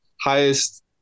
highest